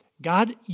God